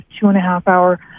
two-and-a-half-hour